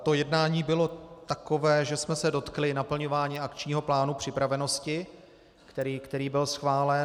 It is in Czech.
To jednání bylo takové, že jsme se dotkli naplňování Akčního plánu připravenosti, který byl schválen.